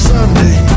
Sunday